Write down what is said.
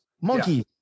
Monkey